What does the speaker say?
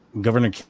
governor